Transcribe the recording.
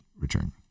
return